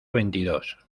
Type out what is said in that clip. veintidós